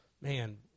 man